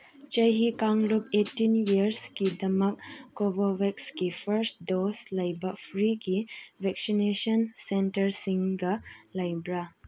ꯆꯍꯤ ꯀꯥꯡꯂꯨꯞ ꯑꯩꯠꯇꯤꯟ ꯏꯌꯔꯁꯀꯤꯗꯃꯛ ꯀꯣꯕꯣꯚꯦꯛꯁꯀꯤ ꯐꯔꯁ ꯗꯣꯁ ꯂꯩꯕ ꯐ꯭ꯔꯤꯒꯤ ꯚꯦꯛꯁꯤꯅꯦꯁꯟ ꯁꯦꯟꯇꯔꯁꯤꯡꯒ ꯂꯩꯕ꯭ꯔꯥ